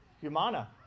humana